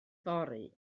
fory